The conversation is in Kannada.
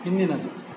ಹಿಂದಿನದು